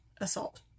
assault